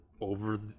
over